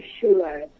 sure